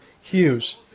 Hughes